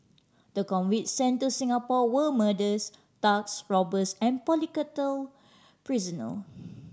the convicts sent to Singapore were murderers thugs robbers and political prisonal